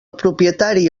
propietari